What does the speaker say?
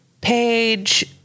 page